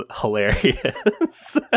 hilarious